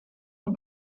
een